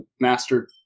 master